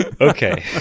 okay